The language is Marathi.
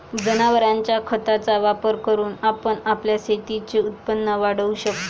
जनावरांच्या खताचा वापर करून आपण आपल्या शेतीचे उत्पन्न वाढवू शकतो